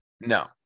No